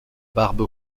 barbe